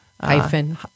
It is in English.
Hyphen